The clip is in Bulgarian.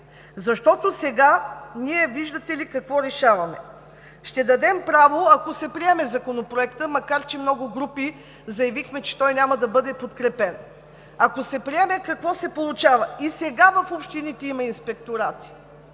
Защото сега Вие виждате ли какво решаваме? Ще дадем право, ако Законопроектът се приеме – макар че много групи заявихме, че той няма да бъде подкрепен, какво се получава? И сега в общините има инспекторати